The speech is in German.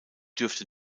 dürfte